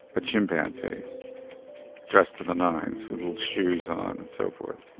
a chimpanzee dressed to the nines with little shoes on and so forth